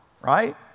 right